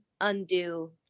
undo